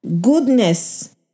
Goodness